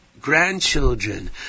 grandchildren